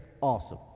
awesome